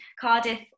Cardiff